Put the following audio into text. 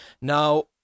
Now